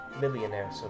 millionaire